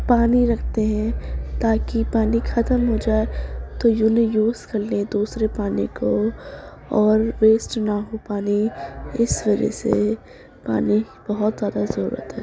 پانی رکھتے ہیں تاکہ پانی ختم ہو جائے تو انہیں یوز کر لے دوسرے پانی کو اور ویسٹ نہ ہو پانی اس وجہ سے پانی بہت زیادہ ضرورت ہے